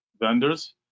vendors